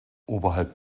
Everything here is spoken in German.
oberhalb